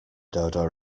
dodo